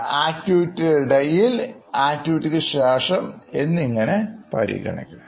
ആക്ടിവിറ്റിയുടെ ഇടയിൽ ആക്ടിവിറ്റി ക്കു ശേഷം എന്നിങ്ങനെ പരിഗണിക്കണം